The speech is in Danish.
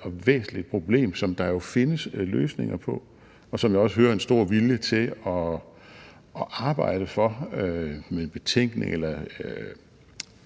og væsentligt problem, som der jo findes løsninger på, og som jeg også hører en stor vilje til at arbejde for med en betænkning eller